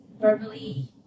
verbally